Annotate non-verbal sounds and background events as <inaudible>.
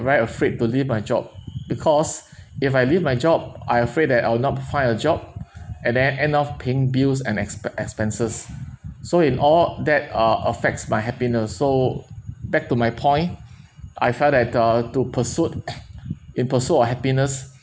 very afraid to leave my job because if I leave my job I afraid that I would not find a job and then end of paying bills and expe~ expenses so in all that uh affects my happiness so back to my point I felt that uh to pursuit <coughs> in pursuit of happiness